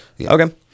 okay